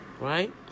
right